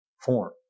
form